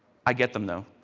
i get them know.